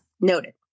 Noted